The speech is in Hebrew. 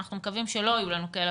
אנחנו מקווים שלא יהיו לנו כאלה,